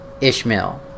Ishmael